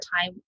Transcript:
time